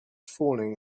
falling